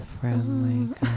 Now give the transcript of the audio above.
friendly